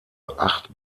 acht